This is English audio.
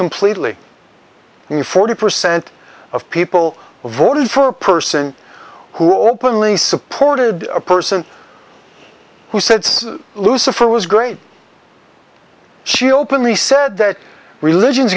completely in forty percent of people voted for a person who openly supported a person who said lucifer was great she openly said that religion is